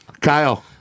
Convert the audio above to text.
Kyle